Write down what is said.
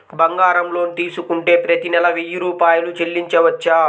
బంగారం లోన్ తీసుకుంటే ప్రతి నెల వెయ్యి రూపాయలు చెల్లించవచ్చా?